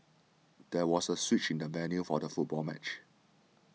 there was a switch in the venue for the football match